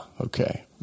okay